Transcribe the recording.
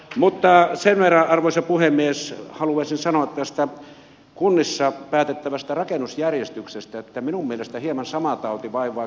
mutta sen verran arvoisa puhemies haluaisin sanoa tästä kunnissa päätettävästä rakennusjärjestyksestä että minun mielestäni hieman sama tauti vaivaa kyllä kuntia kuin ely keskuksia